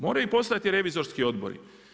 Moraju postojati revizorski odbori.